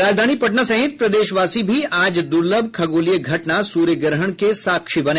राजधानी पटना सहित प्रदेशवासी भी आज दुर्लभ खगोलीय घटना सूर्य ग्रहण के साक्षी बने